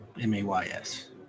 M-A-Y-S